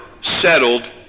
settled